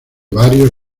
varios